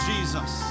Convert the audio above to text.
Jesus